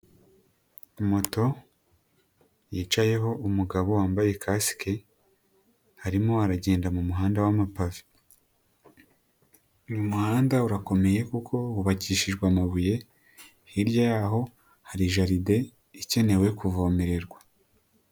Moto yicayeho umugabo wambaye kasike arimo aragenda mu muhanda w'amapave, ni umuhanda urakomeye kuko wukishijwe amabuye, hirya yaho hari jaride ikenewe kuvomererwa.